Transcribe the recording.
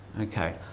Okay